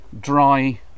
dry